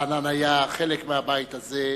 רענן היה חלק מהבית הזה,